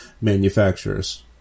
manufacturers